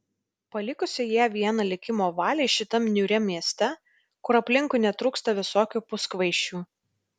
palikusi ją vieną likimo valiai šitam niūriam mieste kur aplinkui netrūksta visokių puskvaišių